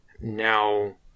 Now